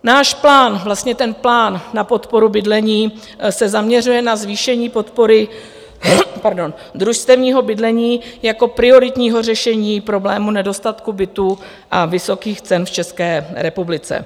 Náš plán, vlastně ten plán na podporu bydlení se zaměřuje na zvýšení podpory družstevního bydlení jako prioritního řešení problému nedostatku bytů a vysokých cen v České republice.